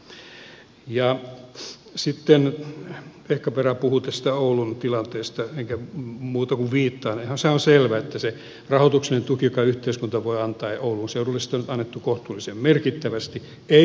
sitten vehkaperä puhui tästä oulun tilanteesta enkä muuta kuin viittaa siihen että on selvää että se rahoituksellinen tuki jonka yhteiskunta voi antaa ja oulun seudulle sitä on annettu kohtuullisen merkittävästi ei kaikkea ratkaise